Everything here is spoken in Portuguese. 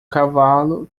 cavalo